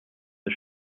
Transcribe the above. the